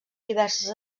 diverses